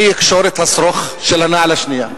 אני אקשור את השרוך של הנעל השנייה.